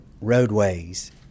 roadways